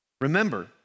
Remember